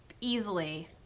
easily